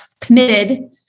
committed